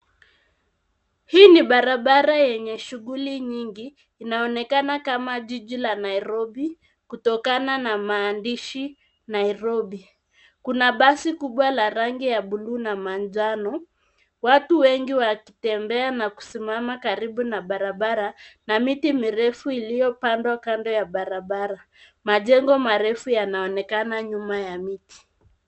Hii ni barabara yenye shughuli nyingi. Inaonekana kama jiji la Nairobi kutokana na maandishi Nairobi. Kuna basi kubwa la rangi ya bluu na manjano. Watu wengi wakitembea na kusimama karibu na barabara na miti mirefu iliyopandwa kando ya barabara. Majengo marefu yanaonekana nyuma ya miti.